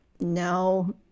no